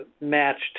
matched